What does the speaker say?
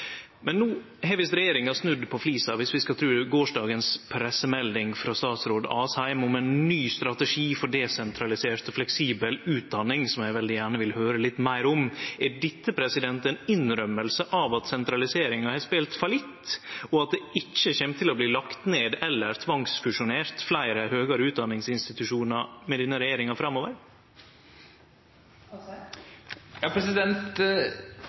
Men no har visst regjeringa snudd på flisa, om vi skal tru på gårdagens pressemelding frå statsråd Asheim om ein ny strategi for desentralisert og fleksibel utdaning, som eg veldig gjerne vil høyre litt meir om. Er dette ei innrømming av at sentraliseringa har spelt fallitt, og at det ikkje kjem til å bli lagt ned eller tvangsfusjonert fleire høgare utdaningsinstitusjonar med denne regjeringa framover?